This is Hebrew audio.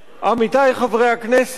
עמיתי חברי הכנסת,